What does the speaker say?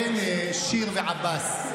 שיר ועבאס,